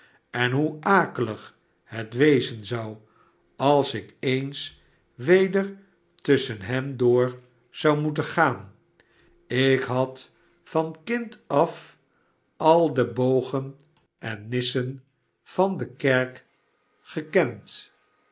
en hoe akelig het wezen zou als ik eens weder tusschen hen door zou moeten gaan ik had van een kind af al de bogen en nissen van de kerk gekend